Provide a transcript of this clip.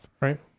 Right